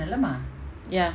ya